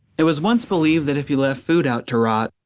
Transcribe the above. it was once believed that if you left food out to rot,